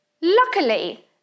Luckily